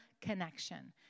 connection